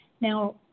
Now